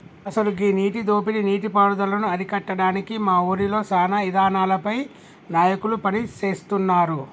అసలు గీ నీటి దోపిడీ నీటి పారుదలను అరికట్టడానికి మా ఊరిలో సానా ఇదానాలపై నాయకులు పని సేస్తున్నారు